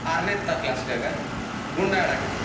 ಆರನೇ ತ ಕ್ಲಾಸ್ನ್ಯಾಗ ಗುಂಡಾಡಕತ್ತಿದ್ದಿ